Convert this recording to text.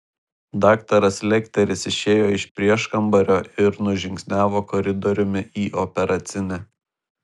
daktaras lekteris išėjo iš prieškambario ir nužingsniavo koridoriumi į operacinę